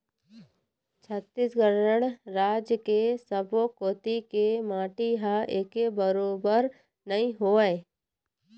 छत्तीसगढ़ राज के सब्बो कोती के माटी ह एके बरोबर नइ होवय